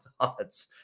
thoughts